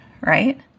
Right